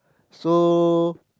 so